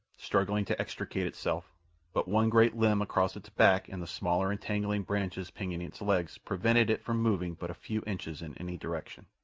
struggling to extricate itself but one great limb across its back and the smaller entangling branches pinioning its legs prevented it from moving but a few inches in any direction.